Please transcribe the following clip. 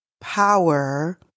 power